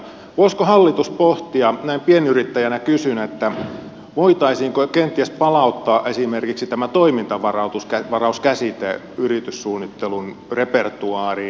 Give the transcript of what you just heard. voisiko hallitus pohtia näin pienyrittäjänä kysyn voitaisiinko kenties palauttaa esimerkiksi tämä toimintavaraus käsite yrityssuunnittelun repertoaariin